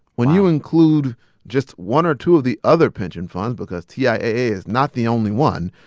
when you include just one or two of the other pension funds, because tiaa is not the only one,